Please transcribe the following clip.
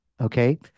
okay